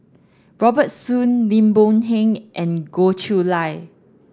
Robert Soon Lim Boon Heng and Goh Chiew Lye